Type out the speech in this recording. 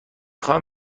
خواهم